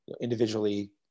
individually